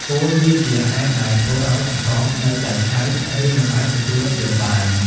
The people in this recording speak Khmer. ពោលវាជាហេតុដែលធ្វើឲ្យអន្សមនៅតែឆៅ ឬមិនអាចទទួលយកបាន។